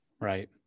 Right